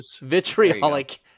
vitriolic